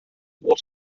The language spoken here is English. what